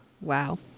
Wow